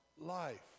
life